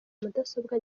mudasobwa